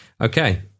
Okay